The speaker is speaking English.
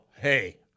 hey